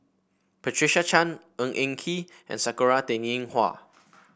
Patricia Chan Ng Eng Kee and Sakura Teng Ying Hua